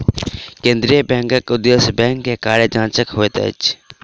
केंद्रीय बैंकक उदेश्य बैंक के कार्य जांचक होइत अछि